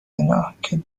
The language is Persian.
اینا، که